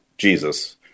Jesus